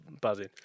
buzzing